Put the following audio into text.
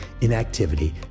inactivity